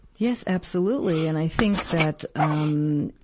yes, absolutely. and i think that, um,